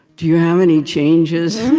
do you have any changes?